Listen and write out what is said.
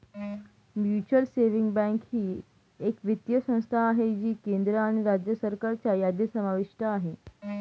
mutual savings bank ही एक वित्तीय संस्था आहे जी केंद्र आणि राज्य सरकारच्या यादीत समाविष्ट आहे